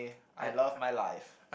I love my life